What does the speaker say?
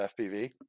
FPV